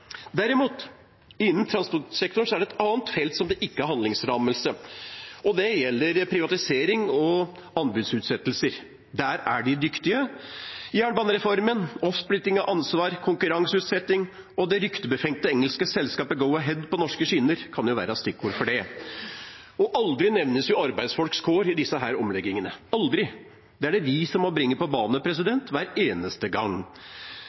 Derimot er det et annet felt innen transportsektoren der det ikke er handlingslammelse, og det gjelder privatisering og anbudsutsettelser. Der er de dyktige. Jernbanereformen, oppsplitting av ansvar, konkurranseutsetting og det ryktebefengte engelske selskapet Go-Ahead på norske skinner kan være stikkord for dette. Og aldri nevnes arbeidsfolks kår i disse omleggingene – aldri. Det er det vi som må bringe på banen hver eneste gang. Samtidig som motorveiene bygges, strupes gods på bane.